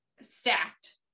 stacked